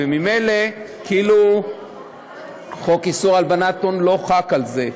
וממילא כאילו חוק איסור הלבנת הון לא חל על זה.